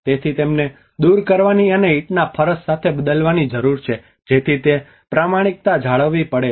તેથી તેમને દૂર કરવાની અને ઇંટના ફરસ સાથે બદલવાની જરૂર છે જેથી તે રીતે પ્રમાણિકતા જાળવવી પડે